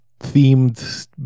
themed